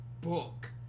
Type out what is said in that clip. book